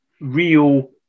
real